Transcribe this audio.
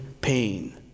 pain